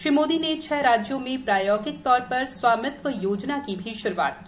श्री मोदी ने छह राज्यों में प्रायोगिक तौर पर स्वामित्व योजना की भी श्रूआत की